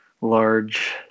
large